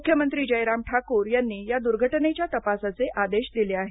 मुख्यमंत्री जयराम ठाकूर यांनी या दुर्घटनेच्या तपासाचे आदेश दिले आहेत